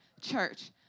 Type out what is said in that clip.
church